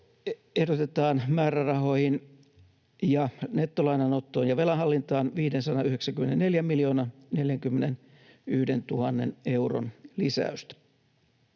ehdotetaan määrärahoihin ja nettolainanottoon ja velan hallintaan 594 041 000 euron lisäystä.